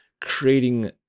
creating